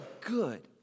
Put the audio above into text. good